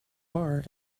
are